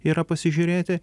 yra pasižiūrėti